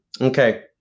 Okay